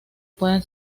pueden